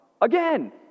again